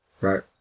Right